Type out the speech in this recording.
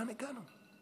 לאן הגענו?